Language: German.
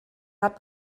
hat